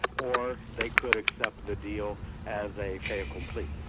or they could accept the deal as a fait accompli.